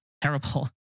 terrible